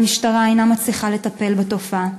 המשטרה אינה מצליחה לטפל בתופעה,